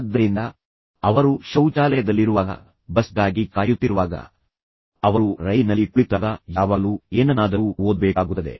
ಆದ್ದರಿಂದ ಅವರು ಶೌಚಾಲಯದಲ್ಲಿರುವಾಗ ಬಸ್ಗಾಗಿ ಕಾಯುತ್ತಿರುವಾಗ ಅವರು ರೈಲಿನಲ್ಲಿ ಕುಳಿತಾಗ ಯಾವಾಗಲೂ ಏನನ್ನಾದರೂ ಓದಬೇಕಾಗುತ್ತದೆ